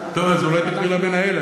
אז אולי תקראי למנהל,